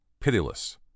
pitiless